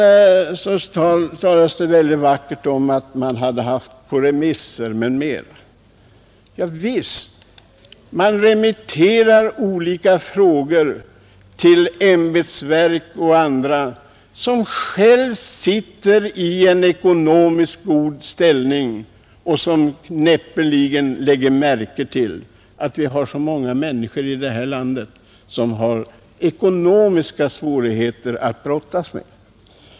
Det talas vackert om att förslagen varit utsända på remiss. Javisst, man remitterar frågorna till olika ämbetsverk, där de anställda själva sitter i en ekonomiskt god ställning och näppeligen lägger märke till att många människor i det här landet har ekonomiska svårigheter att brottas med.